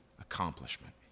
accomplishment